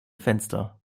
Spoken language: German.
fenster